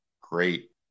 great